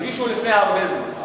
לפני הרבה זמן,